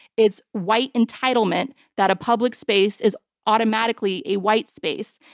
it's white entitlement that a public space is automatically a white space.